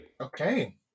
okay